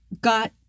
got